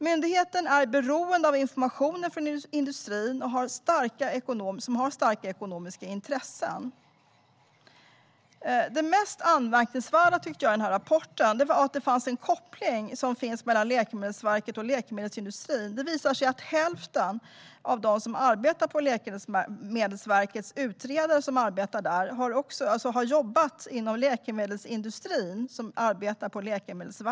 Myndigheten är beroende av information från industrin som har starka ekonomiska intressen. Det mest anmärkningsvärda i rapporten är den koppling som finns mellan Läkemedelsverket och läkemedelsindustrin. Det visar sig att hälften av Läkemedelsverkets utredare har jobbat inom läkemedelsindustrin.